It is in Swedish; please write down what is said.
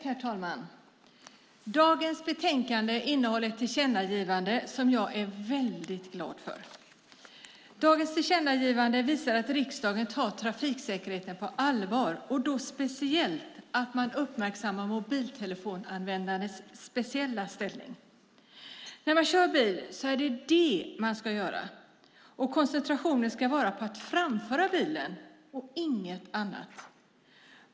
Herr talman! Dagens betänkande innehåller ett tillkännagivande som jag är väldigt glad för. Dagens tillkännagivande visar att riksdagen tar trafiksäkerheten på allvar och då särskilt att man uppmärksammar mobiltelefonanvändandets speciella ställning. När man kör bil är det detta man ska göra, och koncentrationen ska vara på att framföra bilen och inget annat.